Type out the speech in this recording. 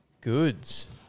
goods